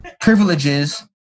privileges